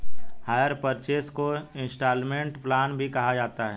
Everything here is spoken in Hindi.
हायर परचेस को इन्सटॉलमेंट प्लान भी कहा जाता है